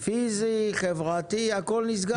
פיזי, חברתי, הכול נסגר?